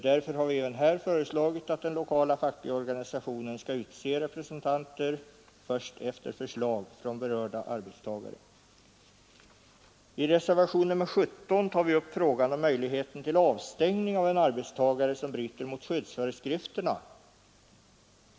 Därför har vi även här föreslagit att den lokala fackliga organisationen skall utse representanter först efter förslag från berörda arbetstagare. I reservationen 17 tar vi upp frågan om möjligheten till avstängning av en arbetstagare som bryter mot skyddsföreskrifterna.